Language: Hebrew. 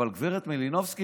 אבל גב' מלינובסקי,